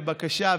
בבקשה,